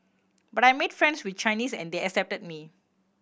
but I made friends with Chinese and they accepted me